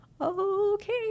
okay